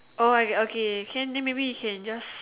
oh I okay can then maybe you can just